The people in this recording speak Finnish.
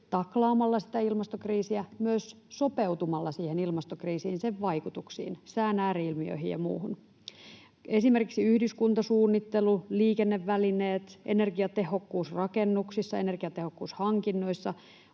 taklaamalla ilmastokriisiä myös sopeutumalla ilmastokriisiin, sen vaikutuksiin, sään ääri-ilmiöihin ja muuhun. Esimerkiksi yhdyskuntasuunnittelu, liikennevälineet, energiatehokkuus rakennuksissa, energiatehokkuus hankinnoissa,